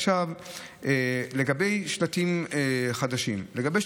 עכשיו לגבי שלטים חדשים.